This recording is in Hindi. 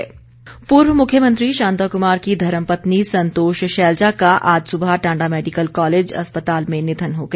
निधन पूर्व मुख्यमंत्री शांता कृमार की धर्मपत्नी संतोष शैलज़ा का आज सुबह टांडा मेडिकल कॉलेज अस्पताल में निधन हो गया